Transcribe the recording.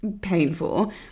painful